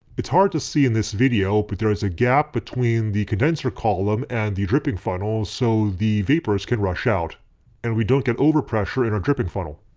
it's hard to see in this video but there is gap between the condeser column and the dripping funnel, so the vapors can rush out and we don't get over pressure in the dripping funnel.